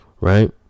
right